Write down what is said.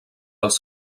els